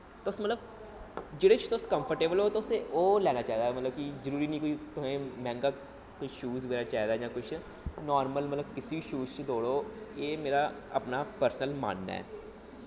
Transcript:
तुस मतलब जेह्दे च तुस कंपर्टेवल ओ ओह् लैना चाहिदा मतलब कि जरूरी कि तुसें कोई मैंह्गा कोई शूज़ बगैरा चाहिदा जां कुछ नार्मल मतलब कुसै बी शूज़ च दौड़ो एह् मेरा अपना पर्सनल मनन्ना ऐ